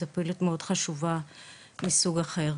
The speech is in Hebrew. זו פעילות מאוד חשובה מסוג אחר.